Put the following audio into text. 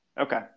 Okay